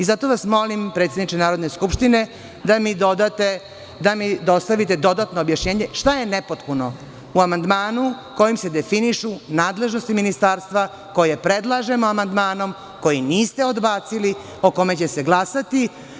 Gospodine predsedniče Narodne skupštine, molim vas da mi dostavite dodatno objašnjenje šta je nepotpuno u amandmanu kojim se definišu nadležnosti Ministarstva koje predlažemo amandmanom, koji niste odbacili, o kome će se glasati.